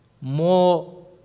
more